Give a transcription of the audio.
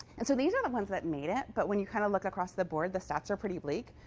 and so these are the ones that made it, but when you kind of look across the board, the stats are pretty bleak.